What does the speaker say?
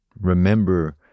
remember